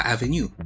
Avenue